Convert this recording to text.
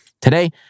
Today